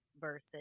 versus